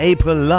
April